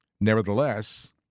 Nevertheless